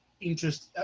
interest